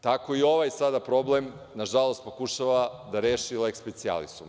Tako i ovaj sada problem, nažalost, pokušava da reši leks specijalisom.